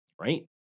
Right